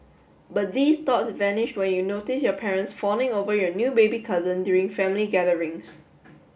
but these thoughts vanished when you notice your parents fawning over your new baby cousin during family gatherings